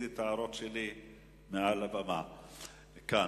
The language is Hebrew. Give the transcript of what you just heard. אגיד את ההערות שלי מעל הבמה כאן.